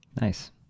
nice